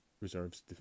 reserves